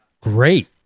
Great